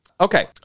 Okay